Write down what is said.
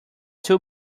too